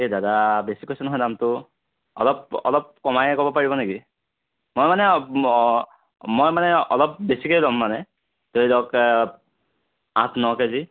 দাদা বেছি কৈছে নহয় দামটো অলপ অলপ কমাই ক'ব পাৰিব নেকি মই মানে মই মানে অলপ বেছিকৈ ল'ম মানে ধৰি লওক আঠ ন কেজি